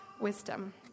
wisdom